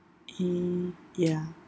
mm ya